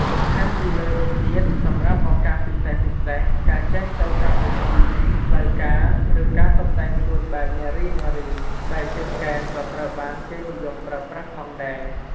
បន្ថែមពីលើនេះទៀត សម្រាប់ឱកាសពិសេសៗ ការចេញទៅកម្មវិធីផ្លូវការ ឬការតុបតែងខ្លួនបែបនារីៗ ស្បែកជើងកែងក៏ត្រូវបានគេនិយមប្រើប្រាស់ផងដែរ។